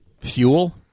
fuel